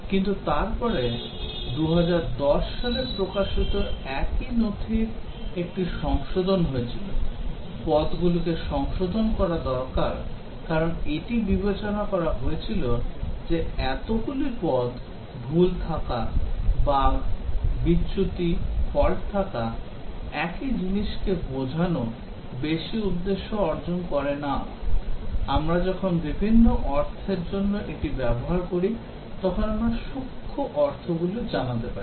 কিন্তু তারপরে 2010 সালে প্রকাশিত একই নথির একটি সংশোধন হয়েছিল পদগুলিকে সংশোধন করা দরকার কারণ এটি বিবেচনা করা হয়েছিল যে এতগুলি পদ ভুল থাকা বাগ বিচ্যুতি ফল্ট থাকা একই জিনিসটিকে বোঝানো বেশি উদ্দেশ্য অর্জন করে না আমরা যখন বিভিন্ন অর্থের জন্য এটি ব্যবহার করি তখন আমরা সূক্ষ্ম অর্থগুলি জানাতে পারি